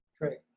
Great